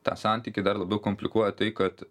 tą santykį dar labiau komplikuoja tai kad